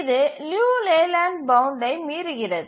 இது லியு லேலேண்ட் பவுண்ட்டை மீறுகிறது